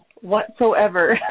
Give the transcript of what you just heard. whatsoever